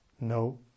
no